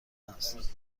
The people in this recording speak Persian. هستند